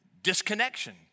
Disconnection